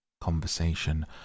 Conversation